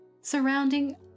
surrounding